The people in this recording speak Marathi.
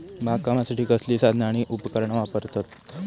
बागकामासाठी कसली साधना आणि उपकरणा वापरतत?